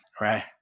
right